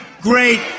great